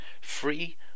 Free